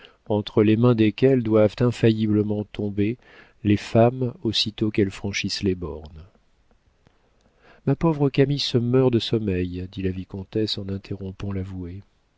entre les mains desquelles doivent infailliblement tomber les femmes aussitôt qu'elles franchissent les bornes ma pauvre camille se meurt de sommeil dit la vicomtesse en interrompant